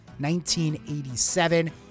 1987